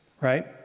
right